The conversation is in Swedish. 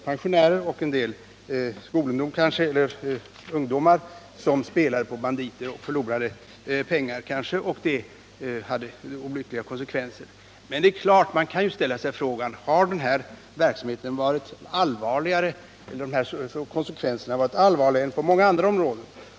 Det förekom att en del pensionärer och ungdomar spelade på enarmade banditer och förlorade pengar, och det hade olyckliga konsekvenser. Men det är klart att man kan ställa sig frågan: Har dessa konsekvenser varit allvarligare än konsekvenserna på många andra områden?